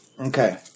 Okay